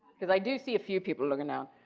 because i do see a few people who are going to.